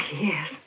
yes